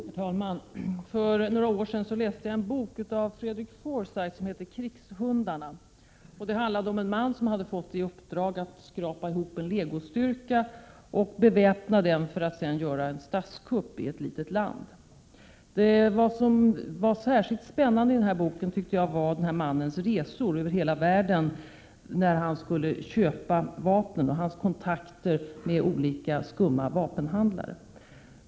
Herr talman! För några år sedan läste jag en bok av Frederick Forsyth som heter Krigshundarna. Den handlade om en man som hade fått i uppdrag att skrapa ihop en legostyrka och beväpna den för att sedan göra en statskupp i ett litet land. Vad som var särskilt spännande i boken var mannens resor över hela världen när han skulle köpa vapen och hans kontakter med olika, skumma vapenhandlare.